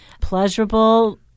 pleasurable